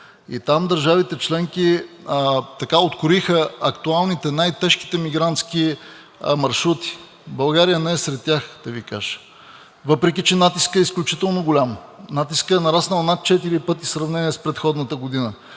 и там държавите членки откроиха актуалните, най-тежките мигрантски маршрути. България не е сред тях, да Ви кажа, въпреки че натискът е изключително голям, натискът е нараснал над четири пъти в сравнение с предходната година.